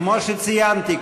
כמו שציינתי,